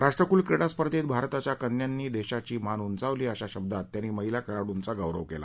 राष्ट्रक्ल क्रीडा स्पर्धेत भारताच्या कन्यांनी देशाची मान उंचावली अशा शब्दात त्यांनी महिला खेळाडूंचा गौरव केला